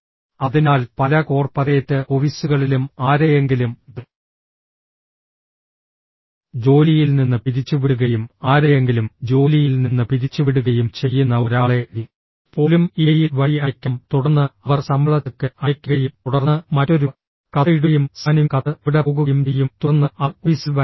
അതിനാൽ പല കോർപ്പറേറ്റ് ഓഫീസുകളിലും ആരെയെങ്കിലും ജോലിയിൽ നിന്ന് പിരിച്ചുവിടുകയും ആരെയെങ്കിലും ജോലിയിൽ നിന്ന് പിരിച്ചുവിടുകയും ചെയ്യുന്ന ഒരാളെ പോലും ഇമെയിൽ വഴി അയയ്ക്കാം തുടർന്ന് അവർ ശമ്പള ചെക്ക് അയയ്ക്കുകയും തുടർന്ന് മറ്റൊരു കത്ത് ഇടുകയും സ്കാനിംഗ് കത്ത് അവിടെ പോകുകയും ചെയ്യും തുടർന്ന് അവർ ഓഫീസിൽ വരേണ്ടതില്ല